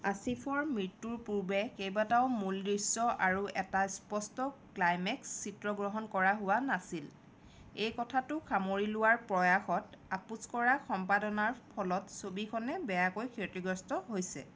আছিফৰ মৃত্যুৰ পূৰ্বে কেইবাটাও মূল দৃশ্য আৰু এটা স্পষ্ট ক্লাইমেক্স চিত্ৰগ্ৰহণ কৰা হোৱা নাছিল এই কথাটো সামৰি লোৱাৰ প্ৰয়াসত আপোচ কৰা সম্পাদনাৰ ফলত ছবিখনে বেয়াকৈ ক্ষতিগ্ৰস্ত হৈছে